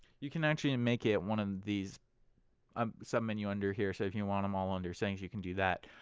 you can actually and make it one of the um submenu under here so if you want them all under settings you can do that.